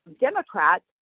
Democrats